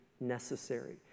necessary